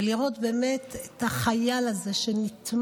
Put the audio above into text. אבל לראות באמת את החייל הזה שנטמן,